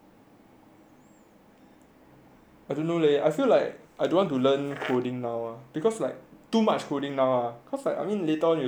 I don't know leh I feel like I don't want to learn coding now ah cause like too much coding now ah cause I mean later on you still going to learn